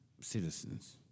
citizens